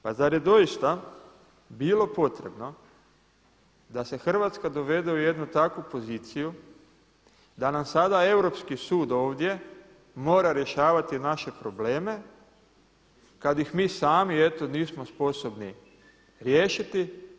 Pa zar je doista bilo potrebno da se Hrvatska dovede u jednu takvu poziciju da nam sada europski sud ovdje mora rješavati naše probleme kada ih mi sami eto nismo sposobni riješiti.